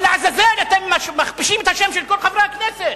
אבל לעזאזל, אתם מכפישים את השם של כל חברי הכנסת.